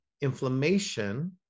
inflammation